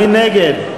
מי נגד?